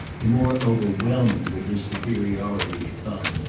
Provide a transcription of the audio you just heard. the more overwhelming would his superiority become.